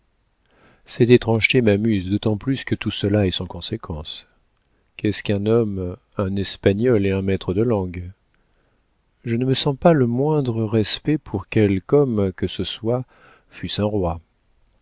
cette étrangeté m'amuse d'autant plus que tout cela est sans conséquence qu'est-ce qu'un homme un espagnol et un maître de langues je ne me sens pas le moindre respect pour quelque homme que ce soit fût-ce un roi